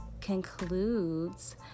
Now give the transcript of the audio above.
concludes